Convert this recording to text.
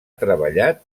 treballat